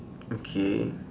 okay